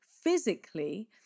physically